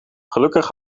gelukkig